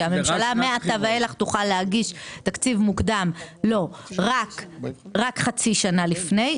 שהממשלה מעתה ואילך תוכל להגיש תקציב מוקדם רק חצי שנה לפני.